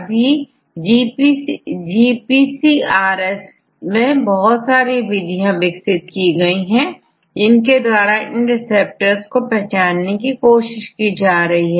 अभीGPCRS मैं बहुत सारी विधियां विकसित की है जिनके द्वारा इन रिसेप्टर्स को पहचानने की कोशिश की जा रही है